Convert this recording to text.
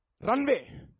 runway